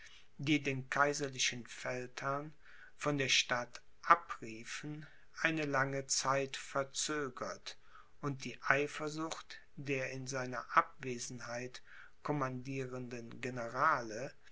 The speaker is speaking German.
die den kaiserlichen feldherrn von der stadt abriefen eine zeit lang verzögert und die eifersucht der in seiner abwesenheit commandierenden generale